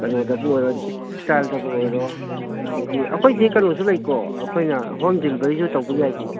ꯀꯩꯅꯣꯗꯕꯨ ꯑꯣꯏꯔꯣ ꯁꯇꯥꯜꯗꯕꯨ ꯑꯣꯏꯔꯣ ꯑꯗꯒꯤ ꯑꯩꯈꯣꯏꯁꯤ ꯀꯩꯅꯣꯁꯨ ꯂꯩꯀꯣ ꯑꯩꯈꯣꯏꯅ ꯍꯣꯝ ꯗꯦꯂꯤꯕꯔꯤꯁꯨ ꯇꯧꯕ ꯌꯥꯏꯀꯣ